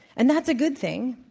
and that's a good thing.